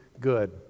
good